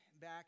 back